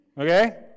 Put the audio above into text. Okay